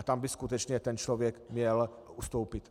Tam by skutečně ten člověk měl ustoupit.